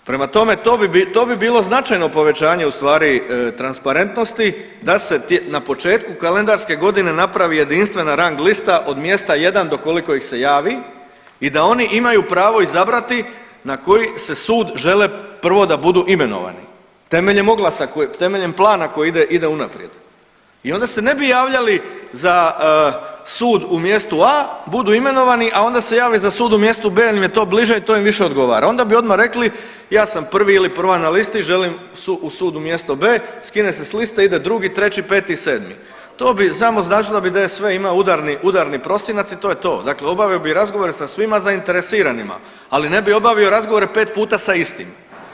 Prema tome, to bi, to bi bilo značajno povećanje u stvari transparentnosti da se na početku kalendarske godine napravi jedinstvena rang lista od mjesta jedan do koliko ih se javi i da oni imaju pravo izabrati na koji se sud žele prvo da budu imenovani temeljem oglasa, temeljem plana koji ide, ide unaprijed i onda se ne bi javljali za sud u mjestu A budu imenovani, a onda se jave za sud u mjestu B jer im je to bliže i to im više odgovora, onda bi odma rekli ja sam prva ili prvi na listi i želim u sud u mjesto B, skine se s liste, ide 2., 3., 5. i 7., to bi samo značilo da bi DSV imao udarni, udarni prosinac i to je to, dakle obavio bi razgovore sa svima zainteresiranima, ali ne bi obavio razgovore 5 puta sa istim.